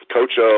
Coach